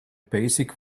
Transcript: basic